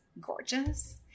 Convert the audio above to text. gorgeous